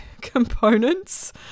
components